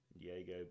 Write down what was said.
Diego